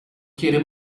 quiere